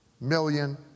million